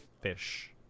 fish